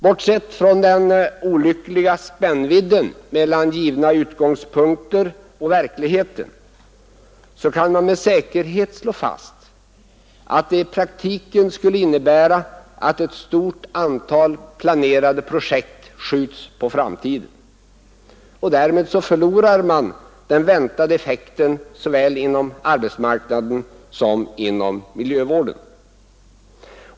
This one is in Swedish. Bortsett från den olyckliga spännvidden mellan givna utgångspunkter och verkligheten kan man med säkerhet slå fast att det i praktiken skulle innebära att ett stort antal planerade projekt skulle skjutas på framtiden — och därmed skulle man förlora den väntade effekten såväl inom arbetsmarknaden som inom miljövården.